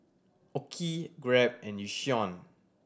OKI Grab and Yishion